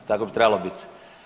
Tako bi trebalo biti.